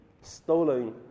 stolen